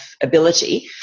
ability